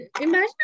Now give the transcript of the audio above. Imagine